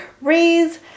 raise